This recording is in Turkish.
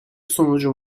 sonucu